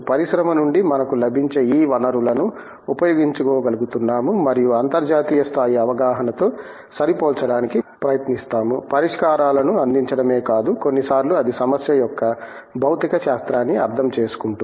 పరిశ్రమ నుండి మనకు లభించే ఈ వనరులను ఉపయోగించుకోగలుగుతున్నాము మరియు అంతర్జాతీయ స్థాయి అవగాహనతో సరిపోల్చడానికి ప్రయత్నిస్తాము పరిష్కారాలను అందించడమే కాదు కొన్నిసార్లు ఇది సమస్య యొక్క భౌతిక శాస్త్రాన్ని అర్థం చేసుకుంటుంది